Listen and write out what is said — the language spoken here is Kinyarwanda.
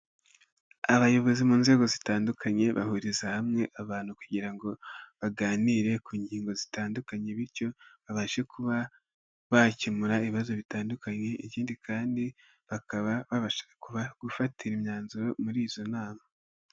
Abayobozi mu nzego zitandukanye, bahuriza hamwe abantu kugira ngo baganire ku ngingo zitandukanye, bityo babashe kuba bakemura ibibazo bitandukanye, ikindi kandi bakabasha gufatira imyanzuro muri izo nama.